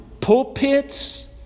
pulpits